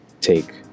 take